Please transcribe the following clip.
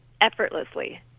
effortlessly